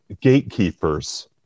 gatekeepers